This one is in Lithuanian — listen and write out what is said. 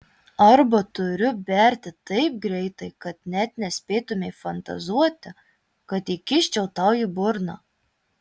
arba turiu berti taip greitai kad net nespėtumei fantazuoti kad įkiščiau tau į burną